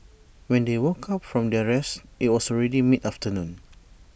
when they woke up from their rest IT was already mid afternoon